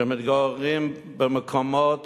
שמתגוררים במקומות